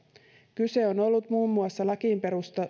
kyse on ollut muun muassa lakiin